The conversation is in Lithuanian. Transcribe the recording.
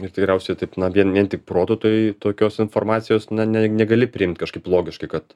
ir tikriausiai taip na vien vien tik proto tai tokios informacijos na ne negali priimt kažkaip logiškai kad